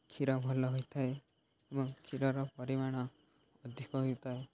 କ୍ଷୀର ଭଲ ହୋଇଥାଏ ଏବଂ କ୍ଷୀରର ପରିମାଣ ଅଧିକ ହୋଇଥାଏ